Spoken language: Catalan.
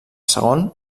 segon